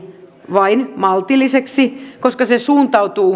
vain maltilliseksi koska se suuntautuu